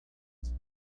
was